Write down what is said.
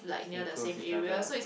stay close to each other